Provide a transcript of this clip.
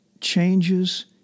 changes